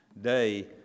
day